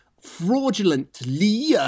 fraudulently